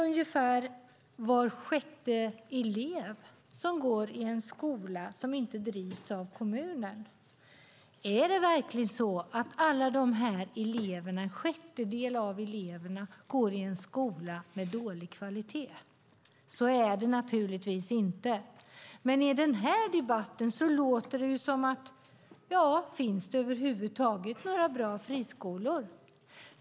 Ungefär var sjätte elev går alltså i en skola som inte drivs av kommunen. Är det verkligen så att en sjättedel av eleverna går i en skola av dålig kvalitet? Nej, så är det givetvis inte. Men i denna debatt låter det som att det över huvud taget inte finns några bra friskolor.